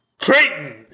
Creighton